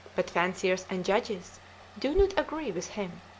but fanciers and judges do not agree with him,